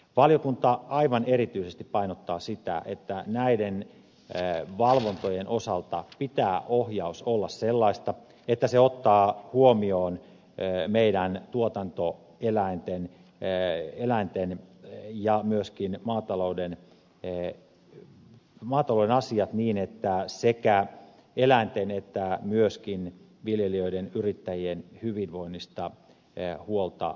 valiokunta aivan erityisesti painottaa sitä että näiden valvontojen osalta pitää ohjauksen olla sellaista että se ottaa huomioon ei meillä nyt tuotanto eläinten meidän tuotantoeläinten ja myöskin maatalouden asiat niin että sekä eläinten että myöskin viljelijöiden yrittäjien hyvinvoinnista huolta pidetään